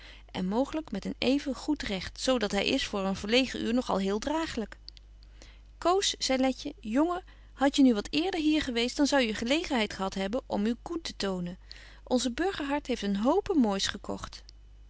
en mooglyk met een even goed recht zo dat hy is voor een verlegen uur nog al heel dragelyk coos zei letje jongen had je nu wat eerder hier geweest dan zou je gelegenheid gehad hebben om uw gout te tonen onze burgerhart heeft een hope moois gekogt